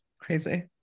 crazy